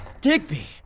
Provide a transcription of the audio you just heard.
Digby